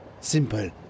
Simple